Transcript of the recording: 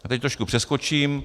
A teď trošku přeskočím.